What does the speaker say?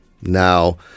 Now